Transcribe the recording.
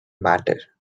matter